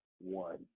one